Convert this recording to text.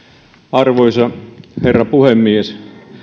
arvoisa herra puhemies